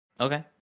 Okay